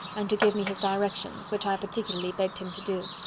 and to give me his directions, which i particularly begged him to do.